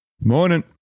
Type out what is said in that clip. Morning